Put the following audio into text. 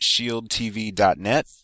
ShieldTV.net